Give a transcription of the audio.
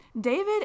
David